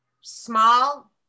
small